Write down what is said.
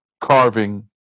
carving